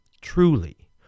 Truly